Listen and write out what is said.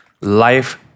life